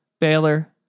Baylor